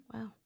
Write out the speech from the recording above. Wow